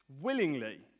willingly